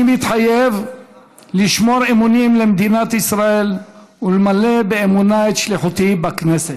אני מתחייב לשמור אמונים למדינת ישראל ולמלא באמונה את שליחותי בכנסת.